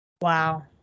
Wow